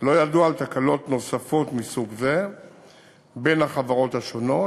לא ידוע על תקלות נוספות מסוג זה בחברות השונות,